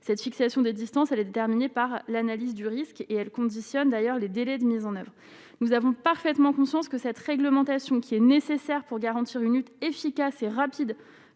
cette fixation des distances elle déterminée par l'analyse du risque et elle conditionne d'ailleurs, les délais de mise en oeuvre, nous avons parfaitement conscience que cette réglementation qui est nécessaire pour garantir une lutte efficace et rapide